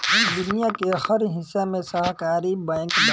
दुनिया के हर हिस्सा में सहकारी बैंक बा